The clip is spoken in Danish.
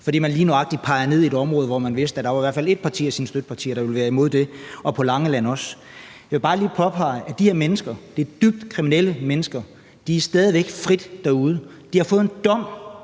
fordi man lige nøjagtig peger på et område, hvor man ved, at der i hvert fald er ét parti af sine støttepartier, der vil være imod det, og på Langeland også. Jeg vil bare lige påpege, at de her mennesker, og det er dybt kriminelle mennesker, stadig går frit rundt derude. De har fået en dom